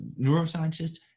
neuroscientists